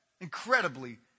incredibly